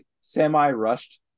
semi-rushed